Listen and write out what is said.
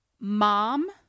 mom